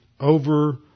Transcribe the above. over